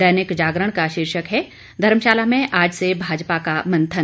दैनिक जागरण का शीर्षक है धर्मशाला में आज से भाजपा का मंथन